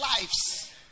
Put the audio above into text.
lives